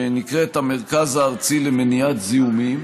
שנקראת המרכז הארצי למניעת זיהומים.